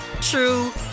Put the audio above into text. true